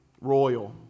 royal